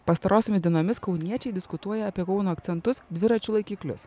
pastarosiomis dienomis kauniečiai diskutuoja apie kauno akcentus dviračių laikiklius